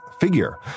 figure